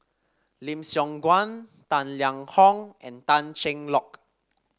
Lim Siong Guan Tang Liang Hong and Tan Cheng Lock